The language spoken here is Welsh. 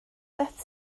beth